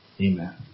Amen